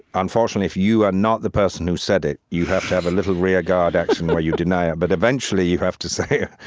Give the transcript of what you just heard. unfortunately, if you are not the person who said it, you have to have a little rear-guard action where you deny it. but eventually you have to say,